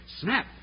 Snap